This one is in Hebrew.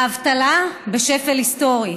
האבטלה בשפל היסטורי.